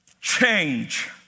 Change